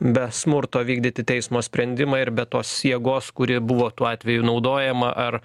be smurto vykdyti teismo sprendimą ir be tos jėgos kuri buvo tuo atveju naudojama ar